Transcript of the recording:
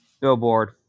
Billboard